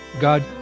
God